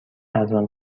ارزان